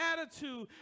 attitude